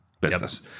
business